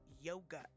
Yoga